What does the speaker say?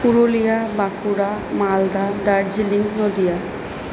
Purulia Bankura Malda Darjeeling Nadia